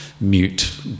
mute